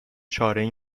چارهای